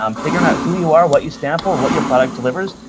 um figuring out who you are, what you stand for, what your product delivers.